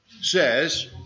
says